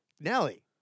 Nelly